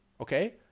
Okay